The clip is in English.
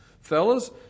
Fellas